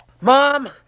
Mom